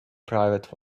private